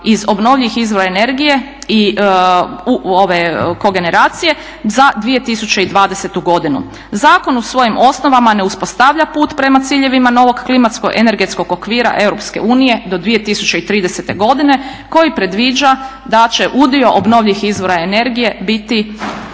iz obnovljivih izvora energije u ove kogeneracije za 2020. godinu. Zakon u svojim osnovama ne uspostavlja put prema ciljevima novog klimatsko-energetskog okvira EU do 2030. godine koji predviđa da će udio obnovljivih izvora energije biti